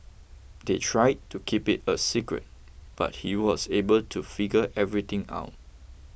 they tried to keep it a secret but he was able to figure everything out